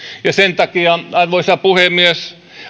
sen takia arvoisa puhemies